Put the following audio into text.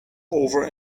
over